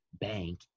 bank